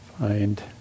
find